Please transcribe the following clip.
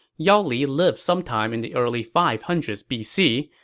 yao li lived sometime in the early five hundred s b c,